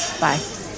Bye